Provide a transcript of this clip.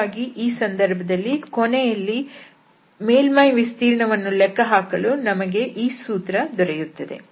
ಹಾಗಾಗಿ ಈ ಸಂದರ್ಭದಲ್ಲಿ ಕೊನೆಯಲ್ಲಿ ಮೇಲ್ಮೈ ವಿಸ್ತೀರ್ಣವನ್ನು ಲೆಕ್ಕಹಾಕಲು ನಮಗೆ ಈ ಸೂತ್ರ ದೊರೆಯುತ್ತದೆ